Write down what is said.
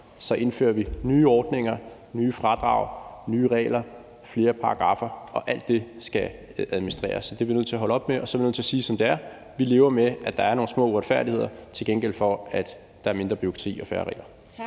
så indfører vi nye ordninger, nye fradrag, nye regler, flere paragraffer. Og alt det skal administreres, så det er vi nødt til at holde op med. Og så er vi nødt til at sige det, som det er: Vi lever med, at der er nogle små uretfærdigheder, til gengæld for mindre bureaukrati og færre regler.